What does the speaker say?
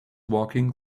walking